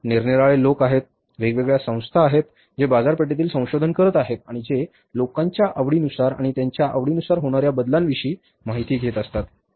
निरनिराळे लोक आहेत वेगवेगळ्या संस्था आहेत जे बाजारपेठेतील संशोधन करत आहेत आणि जे लोकांच्या आवडीनुसार आणि त्यांच्या आवडीनुसार होणाऱ्या बदलांविषयी माहिती घेत असतात